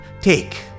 Take